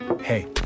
Hey